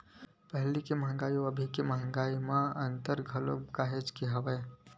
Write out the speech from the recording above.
पहिली के मंहगाई अउ अभी के मंहगाई म अंतर घलो काहेच के हवय